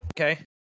Okay